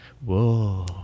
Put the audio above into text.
whoa